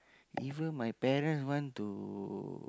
even my parent want to